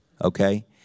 okay